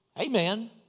Amen